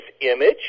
image